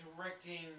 directing